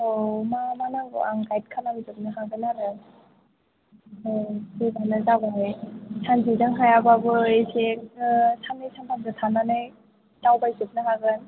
औ मा मा नांगोन आं गाइड खालामजोबनो हागोन आरो अ फैबानो जाबाय सानसेजों हायाबाबो एसे साननै सानथाम थानानै जागायजोबनो हागोन